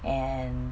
and